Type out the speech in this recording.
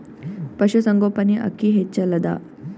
ಪಶುಸಂಗೋಪನೆ ಅಕ್ಕಿ ಹೆಚ್ಚೆಲದಾ?